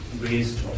raised